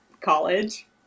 college